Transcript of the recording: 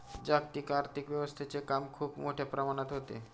जागतिक आर्थिक व्यवस्थेचे काम खूप मोठ्या प्रमाणात होते